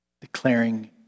declaring